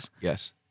Yes